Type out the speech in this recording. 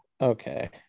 okay